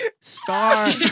star